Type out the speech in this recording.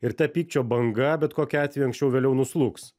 ir ta pykčio banga bet kokiu atveju anksčiau vėliau nuslūgs